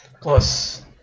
plus